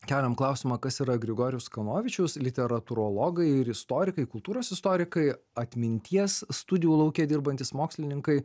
keliam klausimą kas yra grigorijus kanovičius literatūrologai ir istorikai kultūros istorikai atminties studijų lauke dirbantys mokslininkai